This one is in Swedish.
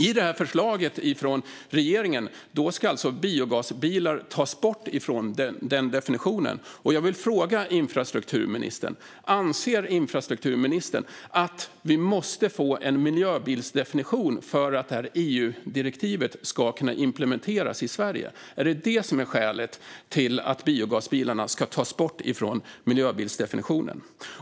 I förslaget från regeringen ska alltså biogasbilar tas bort från den definitionen. Anser infrastrukturministern att vi måste få en miljöbilsdefinition för att EU-direktivet ska kunna implementeras i Sverige? Är det skälet till att biogasbilarna ska tas bort från miljöbilsdefinitionen?